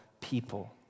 people